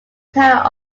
town